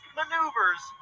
maneuvers